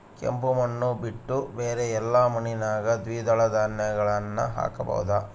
ಕೆಂಪು ಮಣ್ಣು ಬಿಟ್ಟು ಬೇರೆ ಎಲ್ಲಾ ಮಣ್ಣಿನಾಗ ದ್ವಿದಳ ಧಾನ್ಯಗಳನ್ನ ಹಾಕಬಹುದಾ?